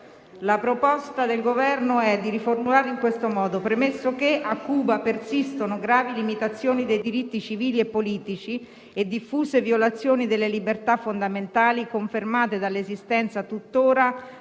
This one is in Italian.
la proposta del Governo è di modificare nel seguente modo: «*premesso che*: a Cuba persistono gravi limitazioni dei diritti civili e politici e diffuse violazioni delle libertà fondamentali confermate dall'esistenza tuttora